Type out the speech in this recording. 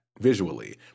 visually